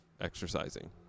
exercising